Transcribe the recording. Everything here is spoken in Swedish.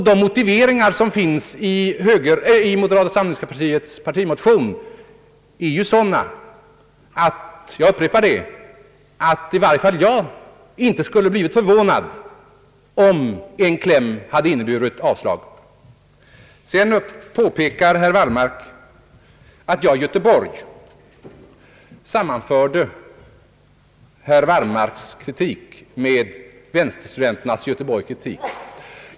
De motiveringar som ges i partimotionen av moderata samlingspartiet är sådana — jag upprepar det — att i varje fall jag inte skulle ha blivit förvånad om en kläm hade inneburit avslag. Herr Wallmark påpekade att jag i Göteborg sammanförde herr Wallmarks kritik med vänsterstudenternas i Göteborg kritik.